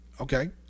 Okay